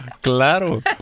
Claro